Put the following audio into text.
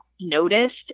noticed